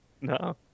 No